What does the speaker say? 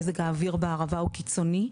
מזג האוויר בערבה הוא קיצוני,